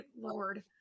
lord